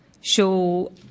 show